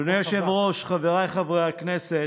אדוני היושב-ראש, חבריי חברי הכנסת,